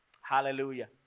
Hallelujah